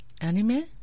Anime